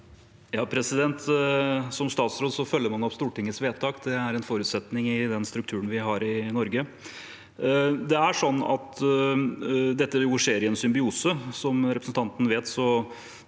Som statsråd følger man opp Stortingets vedtak, det er en forutsetning i den strukturen vi har i Norge. Dette skjer i en symbiose. Som representanten vet,